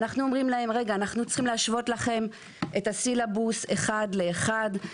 ואנחנו אומרים להם שאנחנו צריכים להשוות להם את הסילבוס אחד לאחד.